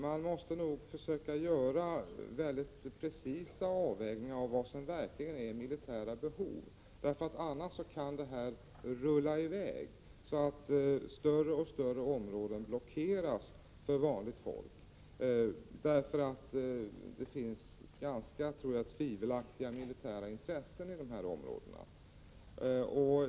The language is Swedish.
Man måste nog försöka göra väldigt precisa avvägningar när det gäller vad som verkligen är militära behov. Det här kan annars rulla i väg så att större och större områden blockeras för vanligt folk. Jag tror nämligen att det finns ganska tvivelaktiga militära intressen när det gäller dessa områden.